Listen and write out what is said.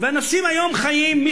מקבלים קצבאות חינם.